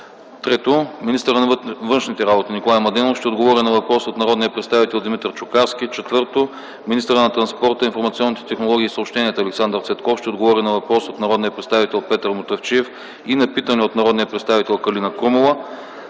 3. Министърът на външните работи Николай Младенов ще отговори на въпрос от народния представител Димитър Чукарски. 4. Министърът на транспорта, информационните технологии и съобщенията Александър Цветков ще отговори на въпрос от народния представител Петър Мутафчиев и на питане от народния представител Калина Крумова.